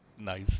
Nice